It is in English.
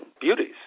beauties